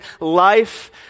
life